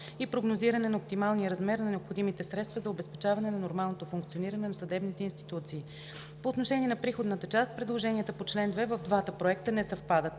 и прогнозиране на оптималния размер на необходимите средства за обезпечаване на нормалното функциониране на съдебните институции. По отношение на приходната част предложенията по чл. 2 в двата проекта не съвпадат.